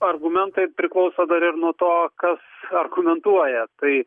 argumentai priklauso dar ir nuo to kas argumentuoja tai